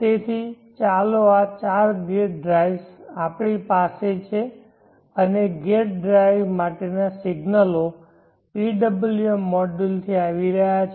તેથી ચાલો ચાર ગેટ ડ્રાઇવ્સ આપણી પાસે છે અને ગેટ ડ્રાઇવ માટેના સિગ્નલો PWM મોડ્યુલથી આવી રહ્યા છે